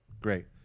great